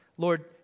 Lord